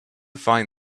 find